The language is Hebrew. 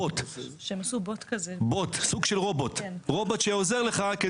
בוט זה סוג של רובוט, שעוזר לך.